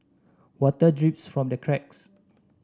water drips from the cracks